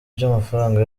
by’amafaranga